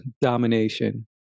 domination